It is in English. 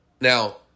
now